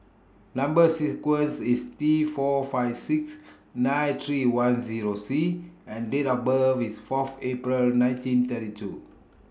Number sequence IS T four five six nine three one Zero C and Date of birth IS Fourth April nineteen thirty two